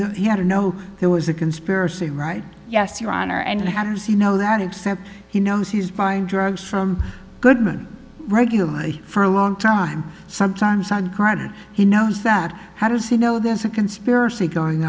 know there was a conspiracy right yes your honor and how does he know that except he knows he's buying drugs from goodman regularly for a long time sometimes on credit he knows that how does he know there's a conspiracy going